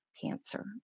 cancer